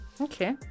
Okay